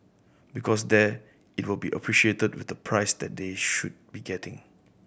because there it will be appreciated with the price that they should be getting